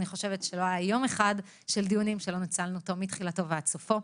אני חושבת שלא היה יום אחד של דיונים שלא ניצלנו אותו מתחילתו ועד סופו.